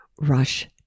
rush